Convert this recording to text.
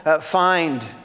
find